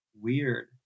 Weird